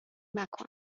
مکن